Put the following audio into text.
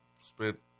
Spent